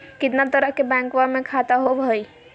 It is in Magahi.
कितना तरह के बैंकवा में खाता होव हई?